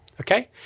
Okay